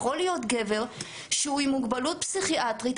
יכול להיות גבר שהוא עם מוגבלות פסיכיאטרית,